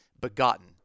begotten